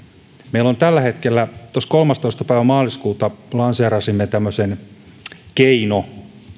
meillä on tällä hetkellä siihen apua kolmastoista päivä maaliskuuta lanseerasimme tämmöisen keino